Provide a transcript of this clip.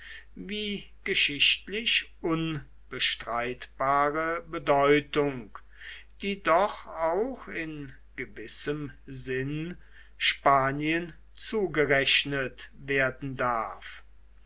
wie geschichtlich unbestreitbare bedeutung die doch auch in gewissem sinn spanien zugerechnet werden darf